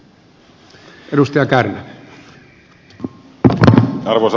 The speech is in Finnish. arvoisa puhemies